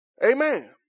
Amen